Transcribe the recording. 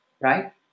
right